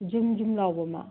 ꯖꯨꯝ ꯖꯨꯝ ꯂꯥꯎꯕ ꯑꯃ